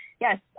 yes